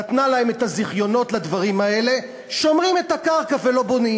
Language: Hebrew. נתנה להם את הזיכיונות לדברים האלה שומרים את הקרקע ולא בונים.